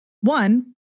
one